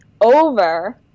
over